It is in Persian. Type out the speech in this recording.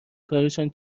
کارشان